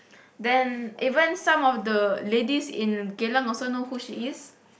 then even some of the ladies at Geylang also know who she is